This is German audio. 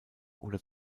oder